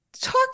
talk